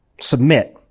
Submit